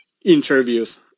interviews